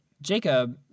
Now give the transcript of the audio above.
Jacob